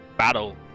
Battle